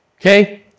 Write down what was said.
okay